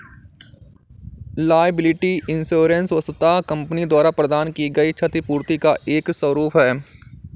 liability insurance वस्तुतः company द्वारा प्रदान की गई क्षतिपूर्ति का एक स्वरूप है